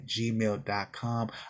gmail.com